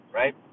right